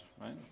right